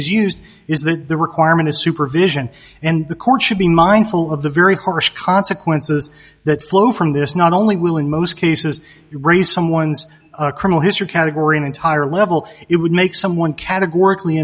that the requirement of supervision and the court should be mindful of the very harsh consequences that flow from this not only will in most cases raise someone's a criminal history category an entire level it would make someone categor